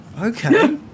Okay